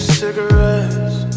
cigarettes